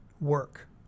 work